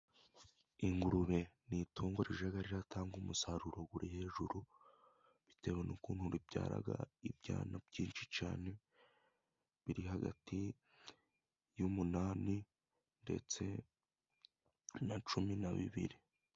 Ingurube ni itungo rijya riratanga umusaruro uri hejuru, bitewe n'ukuntu ribyara ibyana byinshi cyane, biri hagati y'umunani ndetse na cumi na bibiri.